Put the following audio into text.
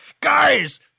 guys